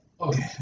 Okay